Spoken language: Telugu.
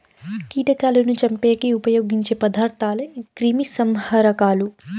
కీటకాలను చంపేకి ఉపయోగించే పదార్థాలే క్రిమిసంహారకాలు